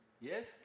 Yes